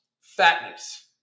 Fatness